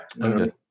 Okay